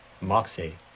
moxie